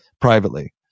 privately